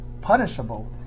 punishable